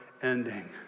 Ending